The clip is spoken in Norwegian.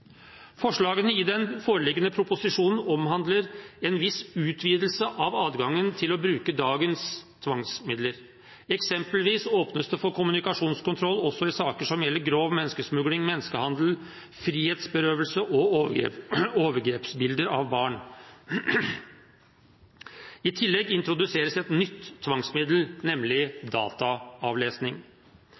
Forslagene i den foreliggende proposisjonen omhandler en viss utvidelse av adgangen til å bruke dagens tvangsmidler. Eksempelvis åpnes det for kommunikasjonskontroll også i saker som gjelder grov menneskesmugling, menneskehandel, frihetsberøvelse og overgrepsbilder av barn. I tillegg introduseres et nytt tvangsmiddel, nemlig dataavlesning.